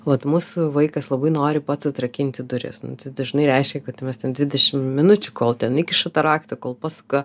vat mūsų vaikas labai nori pats atrakinti duris nu tai dažnai reiškia kad mes ten dvidešim minučių kol ten įkiša tą raktą kol pasuka